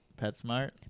PetSmart